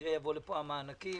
כנראה יבואו לפה המענקים.